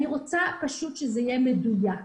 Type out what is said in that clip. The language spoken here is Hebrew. אני פשוט רוצה שזה יהיה מדויק.